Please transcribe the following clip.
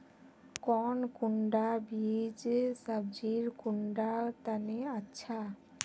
कौन कुंडा बीस सब्जिर कुंडा तने अच्छा?